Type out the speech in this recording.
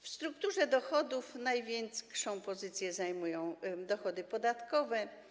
W strukturze dochodów najwyższą pozycję zajmują dochody podatkowe.